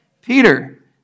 Peter